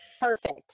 Perfect